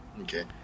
Okay